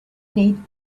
need